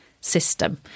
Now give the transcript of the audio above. system